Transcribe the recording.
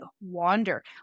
wander